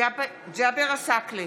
ג'אבר עסאקלה,